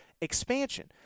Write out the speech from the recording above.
expansion